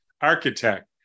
architect